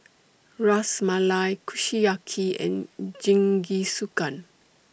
Ras Malai Kushiyaki and Jingisukan